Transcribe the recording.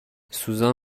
سوزان